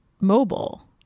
mobile